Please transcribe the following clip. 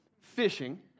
fishing